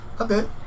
Okay